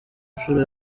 nshuro